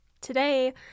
Today